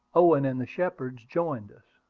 owen and the shepards joined us.